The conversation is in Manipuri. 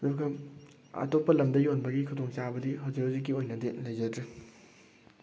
ꯑꯗꯨꯒ ꯑꯇꯣꯞꯄ ꯂꯝꯗ ꯌꯣꯟꯕꯒꯤ ꯈꯨꯗꯣꯡꯆꯥꯕꯗꯤ ꯍꯧꯖꯤꯛ ꯍꯧꯖꯤꯛꯀꯤ ꯑꯣꯏꯅꯗꯤ ꯂꯩꯖꯗ꯭ꯔꯤ